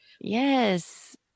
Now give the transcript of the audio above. Yes